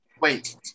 Wait